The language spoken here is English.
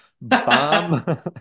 Bomb